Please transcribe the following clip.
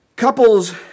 Couples